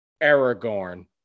Aragorn